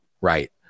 right